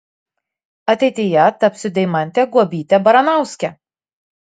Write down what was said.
ateityje tapsiu deimante guobyte baranauske